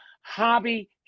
hobby